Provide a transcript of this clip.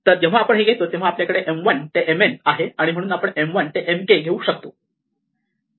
तर जेव्हा आपण हे घेतो तेव्हा आपल्याकडे M1 ते Mn आहे आणि म्हणून आपण M1 ते Mk घेऊ शकतो